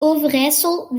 overijssel